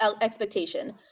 expectation